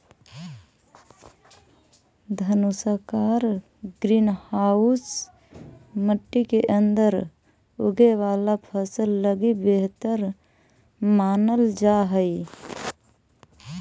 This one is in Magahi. धनुषाकार ग्रीन हाउस मट्टी के अंदर उगे वाला फसल लगी बेहतर मानल जा हइ